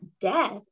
death